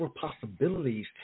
possibilities